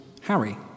Harry